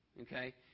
okay